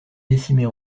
décimées